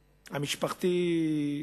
המשפחתי,